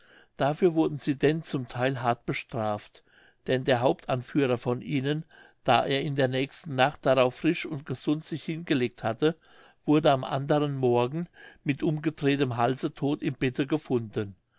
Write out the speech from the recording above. dafür wurden sie denn zum theil hart bestraft denn der hauptanführer von ihnen da er in der nächsten nacht darauf frisch und gesund sich hingelegt hatte wurde am anderen morgen mit umgedrehtem halse todt im bette gefunden